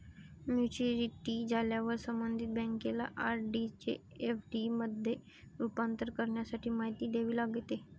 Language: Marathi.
मॅच्युरिटी झाल्यावर संबंधित बँकेला आर.डी चे एफ.डी मध्ये रूपांतर करण्यासाठी माहिती द्यावी लागते